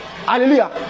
Hallelujah